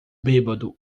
bêbado